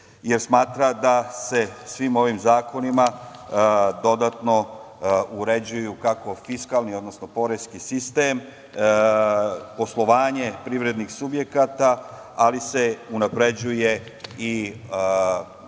jer smatra da se svim ovim zakonima dodatno uređuju kako fiskalni, odnosno poreski sistem, poslovanje privrednih subjekata, ali se unapređuje i